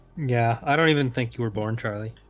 yeah, i don't even think you were born charlie